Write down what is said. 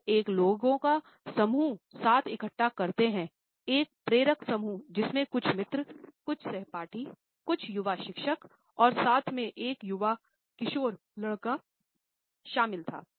वह एक लोगों का समूह साथ इकट्ठा करते है एक प्रेरक समूह जिसमें कुछ मित्र कुछ सहपाठी कुछ युवा शिक्षक और साथ ही में एक युवा किशोर लड़का शामिल था